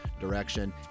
direction